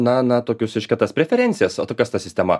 na na tokius reiškia tas preferencijas o tai kas ta sistema